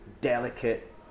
delicate